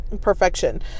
perfection